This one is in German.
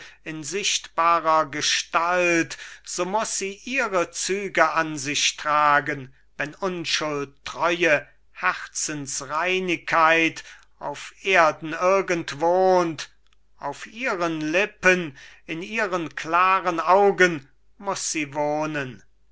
in sichtbarer gestalt so muß sie ihre züge an sich tragen wenn unschuld treue herzensreinigkeit auf erden irgend wohnt auf ihren lippen in ihren klaren augen muß sie wohnen